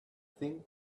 thing